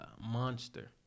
Monster